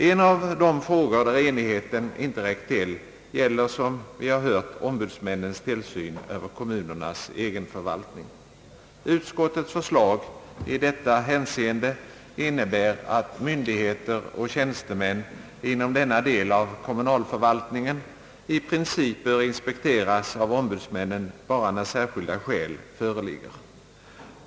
En av de frågor, där enigheten inte räckt till, gäller — som vi har hört — slag i detta hänseende innebär, att myndigheter och tjänstemän inom denna del av kommunalförvaltningen i princip bör inspekteras av ombudsmännen bara när särskilda skäl föreligger.